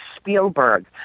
Spielberg